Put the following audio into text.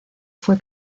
fue